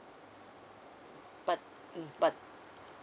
but mm but